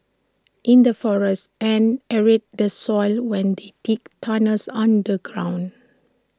in the forests ants aerate the soil when they dig tunnels underground